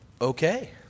Okay